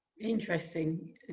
interesting